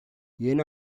yeni